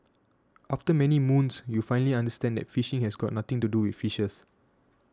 after many moons you finally understood that phishing has got nothing to do with fishes